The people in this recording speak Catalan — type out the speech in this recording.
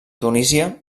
tunísia